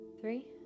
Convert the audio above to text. three